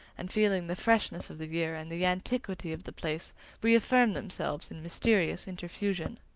and feeling the freshness of the year and the antiquity of the place reaffirm themselves in mysterious interfusion.